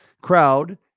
Crowd